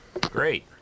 Great